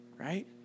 right